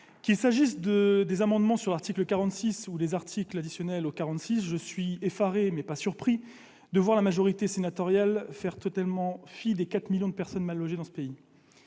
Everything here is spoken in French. Qu'il s'agisse des amendements sur l'article 46 ou des articles additionnels après l'article 46, je suis effaré, mais pas surpris, de voir la majorité sénatoriale faire totalement fi des 4 millions de personnes mal logées dans ce pays.